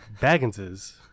Bagginses